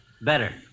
Better